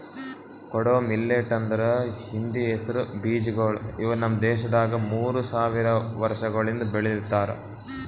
ಕೊಡೋ ಮಿಲ್ಲೆಟ್ ಅಂದುರ್ ಹಿಂದಿ ಹೆಸರು ಬೀಜಗೊಳ್ ಇವು ನಮ್ ದೇಶದಾಗ್ ಮೂರು ಸಾವಿರ ವರ್ಷಗೊಳಿಂದ್ ಬೆಳಿಲಿತ್ತಾರ್